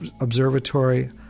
observatory